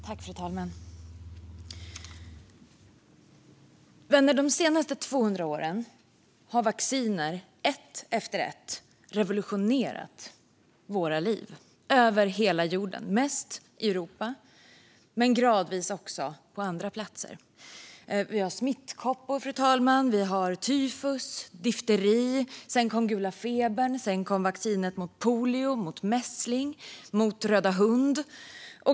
Fru talman! Vänner! De senaste två hundra åren har vacciner ett efter ett revolutionerat våra liv över hela jorden, mest i Europa men gradvis också på andra platser. Vi har vaccin mot smittkoppor, tyfus, difteri, gula febern, polio, mässling och röda hund.